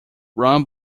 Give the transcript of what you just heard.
run